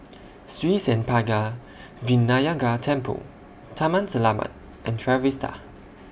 Sri Senpaga Vinayagar Temple Taman Selamat and Trevista